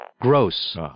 Gross